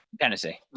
Tennessee